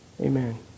Amen